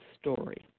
story